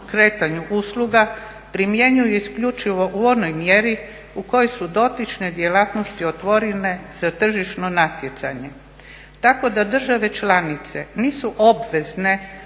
kretanju usluga primjenjuje isključivo u onoj mjeri u kojoj su dotične djelatnosti otvorene za tržišno natjecanje, tako da države članice nisu obvezne